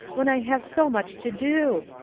when i have so much to do.